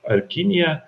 ar į kiniją